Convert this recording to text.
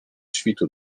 świtu